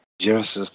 Genesis